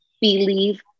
believe